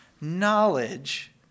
knowledge